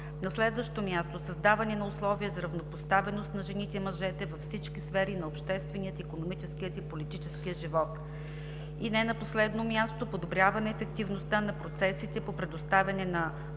на възрастните хора; 6. създаване на условия за равнопоставеност на жените и мъжете във всички сфери на обществения, икономическия и политическия живот; и не на последно място – подобряване ефективността на процесите по предоставяне на българско